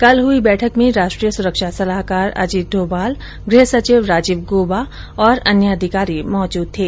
कल हुई बैठक में राष्ट्रीय सुरक्षा सलाहकार अजीत डोभाल गृह सचिव राजीव गोबा और अन्य अधिकारी मौजूद थे